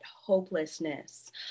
hopelessness